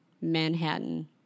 Manhattan